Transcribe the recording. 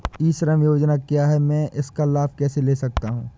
ई श्रम योजना क्या है मैं इसका लाभ कैसे ले सकता हूँ?